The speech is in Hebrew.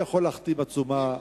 אני יכול להחתים עצומה,